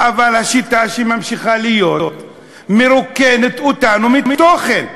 אבל השיטה שממשיכה להיות מרוקנת אותנו מתוכן.